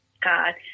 God